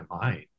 mind